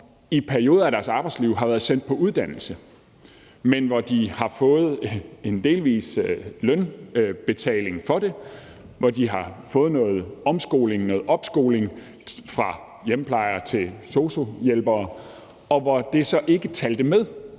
i perioder af deres arbejdsliv har været sendt på uddannelse, men hvor de har fået en delvis lønbetaling for det, hvor de har fået noget omskoling, noget opskoling fra hjemmeplejere til sosu-hjælpere, og hvor det så ikke talte med